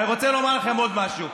ואני רוצה לומר לכם עוד משהו: